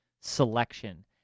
selection